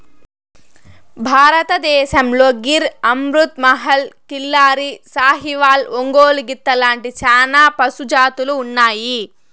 భారతదేశంలో గిర్, అమృత్ మహల్, కిల్లారి, సాహివాల్, ఒంగోలు గిత్త లాంటి చానా పశు జాతులు ఉన్నాయి